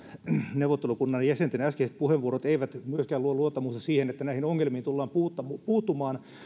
neuvottelukunnan jäsenten äskeiset puheenvuorot eivät myöskään luo luottamusta siihen että näihin ongelmiin tullaan puuttumaan puuttumaan